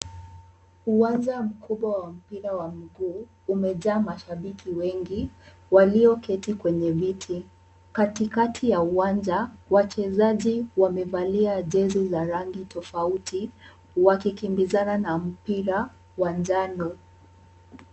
Uwanja mkubwa wa mpira wa mguu, umejaa mashabiki wengi walioketi kwenye miti. Katikati ya uwanja, wachezaji wamevalia jezi za rangi tofauti, wakikimbizana na mpira wa njano.